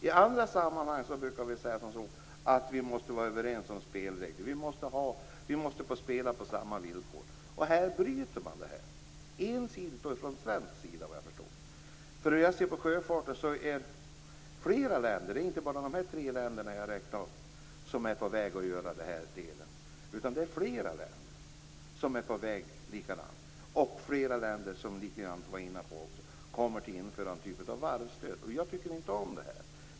I andra sammanhang brukar vi säga att vi måste vara överens om spelreglerna. Vi måste spela på samma villkor. Här bryter man detta, ensidigt från svensk sida, vad jag förstår. Sjöfarten i flera länder, inte bara de tre länder jag räknade upp, är på väg att göra den här förändringen. Flera länder kommer också att införa en typ av varvsstöd. Jag tycker inte om det här.